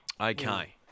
Okay